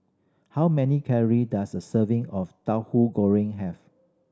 how many calorie does a serving of goreng have